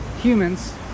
humans